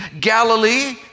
Galilee